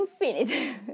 infinite